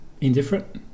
Indifferent